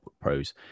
Pros